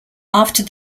after